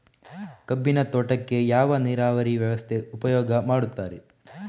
ಕಬ್ಬಿನ ತೋಟಕ್ಕೆ ಯಾವ ನೀರಾವರಿ ವ್ಯವಸ್ಥೆ ಉಪಯೋಗ ಮಾಡುತ್ತಾರೆ?